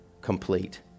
complete